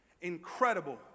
incredible